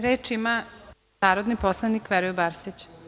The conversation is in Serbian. Reč ima narodni poslanik Veroljub Arsić.